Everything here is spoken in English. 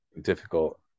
difficult